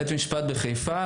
בית משפט בחיפה.